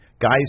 guys